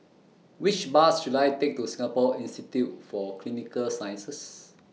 Which Bus should I Take to Singapore Institute For Clinical Sciences